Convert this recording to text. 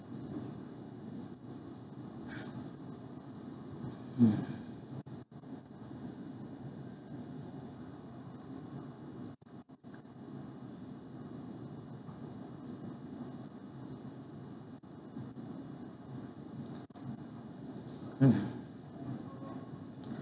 mm mm